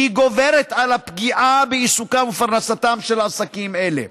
שהיא גוברת על הפגיעה בעיסוקם ובפרנסתם של עסקים אלה.